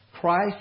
Christ